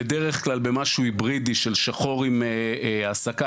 בדרך כלל במשהו היברידי של שחור עם העסקה,